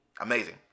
Amazing